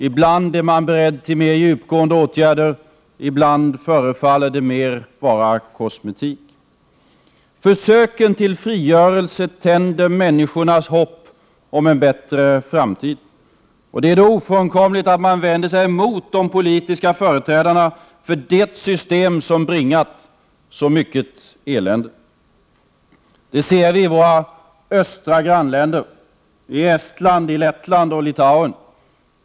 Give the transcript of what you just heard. Ibland är man beredd till mer djupgående åtgärder, ibland förefaller det mer vara fråga om kosmetik. Försöken till frigörelse tänder människornas hopp om en bättre framtid. Det är då ofrånkomligt att man vänder sig mot de politiska företrädarna för det system som bringat så mycket elände. Det ser vi i våra östra grannländer Estland, Lettland och Litauen.